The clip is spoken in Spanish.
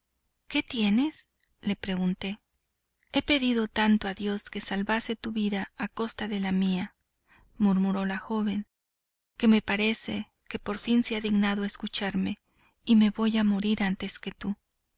qué tienes le pregunté he pedido tanto a dios que salvase tu vida a costa de la mía murmuró la joven que me parece que por fin se ha dignado escucharme y me voy a morir antes que tú